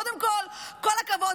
קודם כול כל הכבוד,